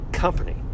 company